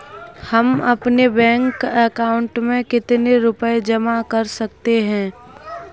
हम अपने bank account में कितने रुपये जमा कर सकते हैं?